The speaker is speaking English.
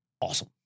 Awesome